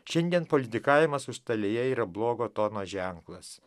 šiandien politikavimas užstalėje yra blogo tono ženklas